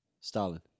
Stalin